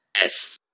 yes